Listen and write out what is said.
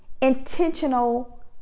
intentional